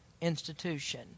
institution